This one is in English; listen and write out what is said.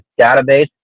database